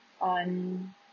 on